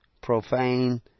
profane